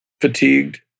fatigued